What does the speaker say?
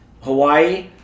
Hawaii